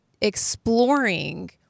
exploring